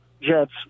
Jets